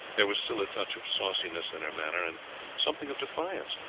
there was still a touch of sauciness in her manner, and something of defiance,